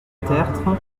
tertre